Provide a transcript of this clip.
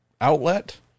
outlet